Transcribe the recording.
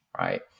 right